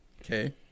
Okay